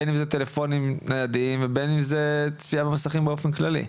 בין אם זה טלפונים ניידים ובין אם זו צפייה במסכים באופן כללי?